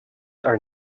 are